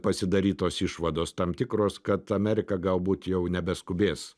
pasidarytos išvados tam tikros kad amerika galbūt jau nebeskubės